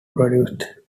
produced